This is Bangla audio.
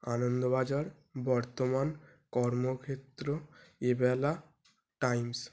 আনন্দবাজার বর্তমান কর্মক্ষেত্র এবেলা টাইমস